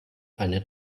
eine